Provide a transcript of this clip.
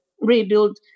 rebuild